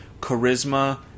charisma